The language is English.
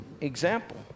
Example